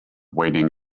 waiting